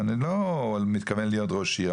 ואני לא מתכוון להיות ראש עיר.